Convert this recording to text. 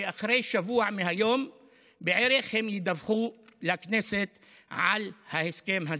ובערך בעוד שבוע מהיום הם ידווחו לכנסת על ההסכם הזה.